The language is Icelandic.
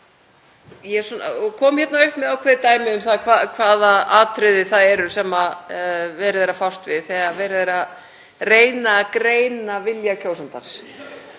og kom hérna upp með ákveðið dæmi um það hvaða atriði það eru sem verið er að fást við þegar verið er að reyna að greina vilja kjósandans.